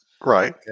Right